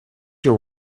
your